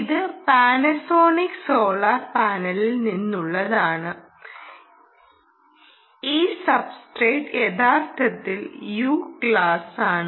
ഇത് Panasonic solar പാനലിൽ നിന്നുള്ളതാണ് ഈ സബ്സ്ട്രേറ്റ് യഥാർത്ഥത്തിൽ യു ക്ലാസാണ്